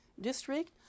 district